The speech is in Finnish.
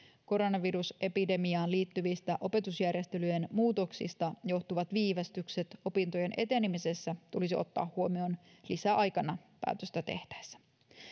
koronavirusepidemiaan liittyvistä opetusjärjestelyjen muutoksista johtuvat viivästykset opintojen etenemisessä tulisi ottaa huomioon lisäaikana päätöstä tehtäessä